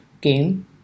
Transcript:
game